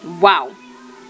Wow